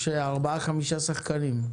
יש ארבעה-חמישה שחקנים.